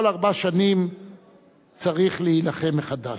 כל ארבע שנים צריך להילחם מחדש".